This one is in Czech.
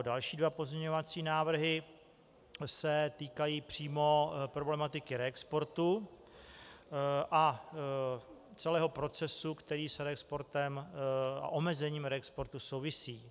Další dva pozměňovací návrhy se týkají přímo problematiky reexportu a celého procesu, který s reexportem a omezením reexportu souvisí.